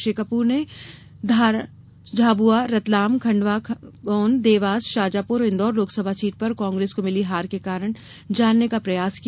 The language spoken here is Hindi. श्री कपूर ने धार झाबुआ रतलाम खंडवा खरगोन देवास शाजापुर और इंदौर लोकसभा सीट पर कांग्रेस को मिली हार के कारण जानने का प्रयास किया